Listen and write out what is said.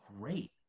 great